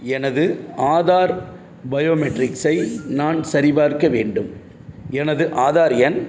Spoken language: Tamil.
எனது ஆதார் பயோமெட்ரிக்ஸை நான் சரிபார்க்க வேண்டும் எனது ஆதார் எண்